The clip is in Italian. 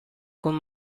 con